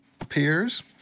appears